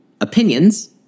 opinions